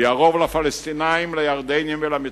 הוא יארוב לפלסטינים, לירדנים ולמצרים.